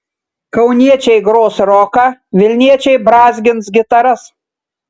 kauniečiai gros roką vilniečiai brązgins gitaras